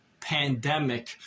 pandemic